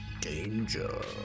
Danger